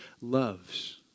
loves